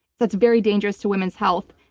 that's very dangerous to women's health.